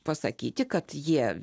pasakyti kad jie